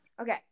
okay